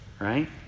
right